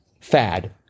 Fad